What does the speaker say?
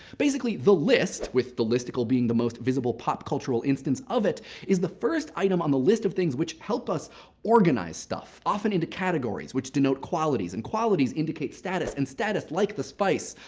basically, the list with the listicle being the most visible pop cultural instance of it is the first item on the list of things which help us organize stuff, often into categories which denote qualities, and qualities indicate status, and status, like the spice,